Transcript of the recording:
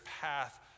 path